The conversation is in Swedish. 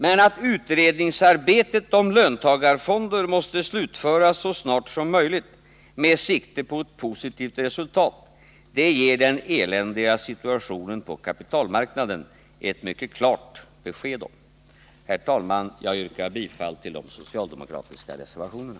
Men att utredningsarbetet om löntagarfonder måste slutföras så snart som möjligt, med sikte på ett positivt resultat, ger den eländiga situationen på kapitalmarknaden ett mycket klart besked om. Herr talman! Jag yrkar bifall till de socialdemokratiska reservationerna.